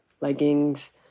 leggings